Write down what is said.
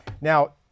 Now